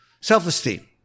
self-esteem